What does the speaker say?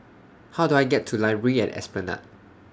How Do I get to Library At Esplanade